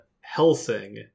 Helsing